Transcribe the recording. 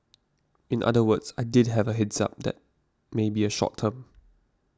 in other words I did have a heads up that may be a short term